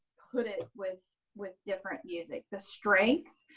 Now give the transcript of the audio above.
put it with with different music. the strengths,